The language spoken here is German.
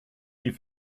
die